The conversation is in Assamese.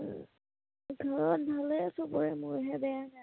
ঘৰত ভালেই চবৰে মোৰহে বেয়া